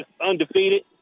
undefeated